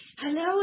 Hello